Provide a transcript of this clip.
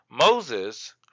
Moses